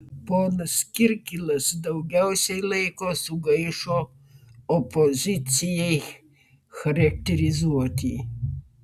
ponas kirkilas daugiausiai laiko sugaišo opozicijai charakterizuoti